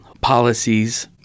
policies